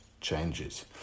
changes